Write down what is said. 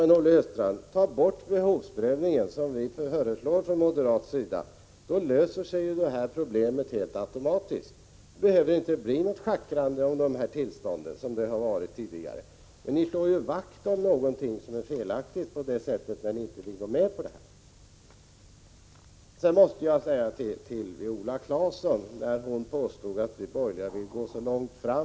Men, Olle Östrand, tag bort behovsprövningen, som vi föreslår från moderat sida, så löser sig detta problem helt automatiskt. Då behöver det inte bli något schackrande om dessa tillstånd, som det har varit tidigare. Ni slår ju vakt om något som är felaktigt när ni inte vill gå med på vårt förslag. Jag måste säga till Viola Claesson, när hon påstod att vi borgerliga vill gå så långt fram ...